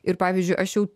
ir pavyzdžiui aš jau